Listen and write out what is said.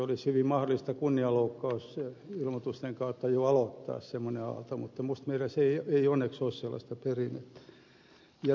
olisi hyvin mahdollista kunnianloukkausilmoitusten kautta jo aloittaa semmoinen aalto mutta minusta meillä ei onneksi ole sellaista perinnettä